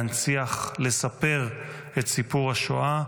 להנציח ולספר את סיפור השואה,